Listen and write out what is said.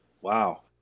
Wow